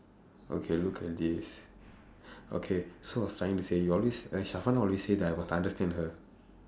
okay look at this okay so I was trying to say you always always say that I must understand her